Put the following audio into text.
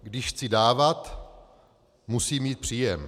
Když chci dávat, musím mít příjem.